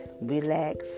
relax